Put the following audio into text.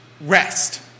rest